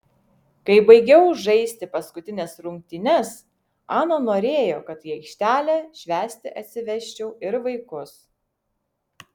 kai baigiau žaisti paskutines rungtynes ana norėjo kad į aikštelę švęsti atsivesčiau ir vaikus